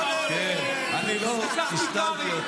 כן, אני לא ------ תיקח מקרעי.